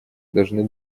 должны